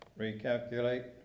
recalculate